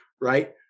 right